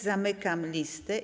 Zamykam listę.